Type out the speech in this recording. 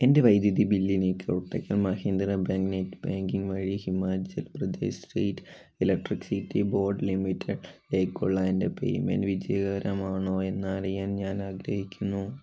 എൻ്റെ വൈദ്യുതി ബില്ലിനെ Kotak Mahindra bank net banking വഴി Himachal Pradesh state electricity board limited ലേക്കുള്ള എൻ്റെ പേയ്മെൻ്റ് വിജയകരമാണോ എന്നറിയാൻ ഞാൻ ആഗ്രഹിക്കുന്നു